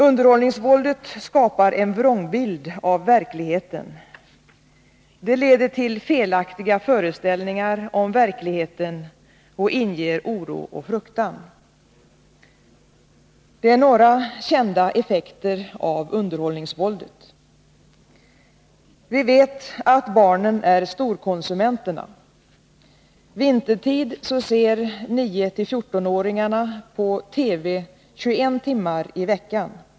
Underhållningsvåldet skapar en vrångbild av verkligheten. Det leder till felaktiga föreställningar om verkligheten och inger oro och fruktan. Detta var några kända effekter av underhållningsvåldet. Vi vet att barnen är storkonsumenterna. Vintertid ser 9—14-åringarna på TV 21 timmar i veckan.